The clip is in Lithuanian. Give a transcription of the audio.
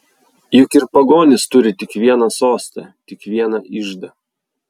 juk ir pagonys turi tik vieną sostą tik vieną iždą